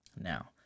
Now